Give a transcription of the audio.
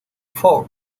four